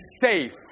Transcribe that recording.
safe